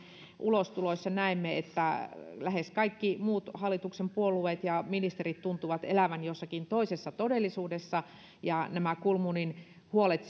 ulostuloissa näimme että lähes kaikki muut hallituksen puolueet ja ministerit tuntuvat elävän jossakin toisessa todellisuudessa ja nämä kulmunin huolet